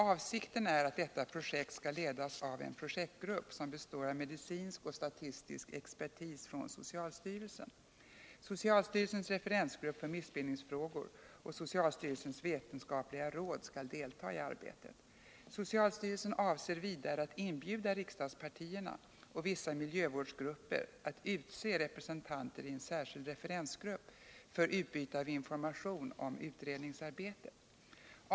Avsikten är att detta projekt skall ledas av en projektgrupp som Om fenoxisyrornas inverkan på människans arvsmassa inverkan på människans arvsmassa består av medicinsk och statistisk expertis från socialstyrelsen. Socialstyrelsens referensgrupp för missbildningsfrågor och socialstyrelsens vetenskapliga råd skall delta i arbetet. Socialstyrelsen avser vidare att inbjuda riksdagspartierna och vissa miljövårdsgrupper att utse representanter i en särskild referensgrupp för utbyte av information om utredningsarbetet.